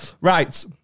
Right